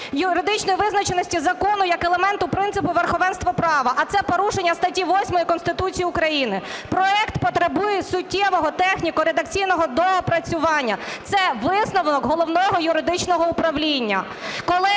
юридичної визначеності закону як елементу принципу верховенства права, а це порушення статті 8 Конституції України. Проект потребує суттєвого техніко-редакційного доопрацювання – це висновок Головного юридичного управління.